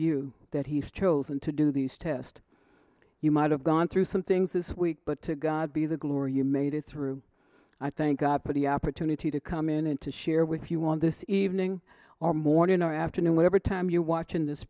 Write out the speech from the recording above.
you that he has chosen to do these test you might have gone through some things this week but to god be the glory you made it through i think god put the opportunity to come in and to share with you on this evening or morning or afternoon whatever time you watch in this